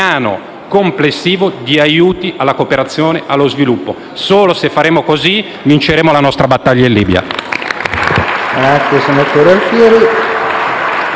complessivo di aiuti alla cooperazione allo sviluppo. Solo se faremo così vinceremo la nostra battaglia in Libia.